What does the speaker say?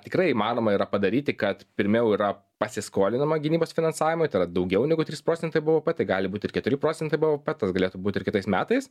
tikrai įmanoma yra padaryti kad pirmiau yra pasiskolinama gynybos finansavimui tai yra daugiau negu trys procentai bvp tai gali būt ir keturi procentai bvp tas galėtų būt ir kitais metais